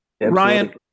Ryan